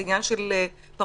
זה עניין של פרשנות.